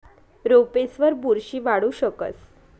रोपेसवर बुरशी वाढू शकस